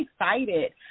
excited